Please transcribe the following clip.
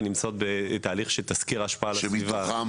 ונמצאות בתהליך של תסקיר ההשפעה על הסביבה.